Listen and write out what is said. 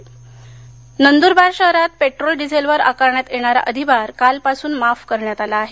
cess माफ नंदरवार नंदूरबार शहरात petrol डिझेलवर आकारण्यात येणारा अधिभार कालपासून माफ करण्यात आला आहे